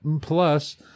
Plus